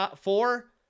four